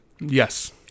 Yes